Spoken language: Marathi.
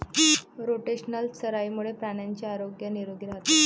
रोटेशनल चराईमुळे प्राण्यांचे आरोग्य निरोगी राहते